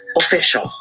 official